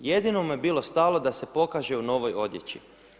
Jedino mu je bilo stalo da se pokaže u novoj odjeći.